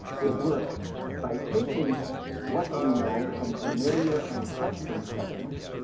it works by taking what we know from familiar unquestioned settings,